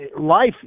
life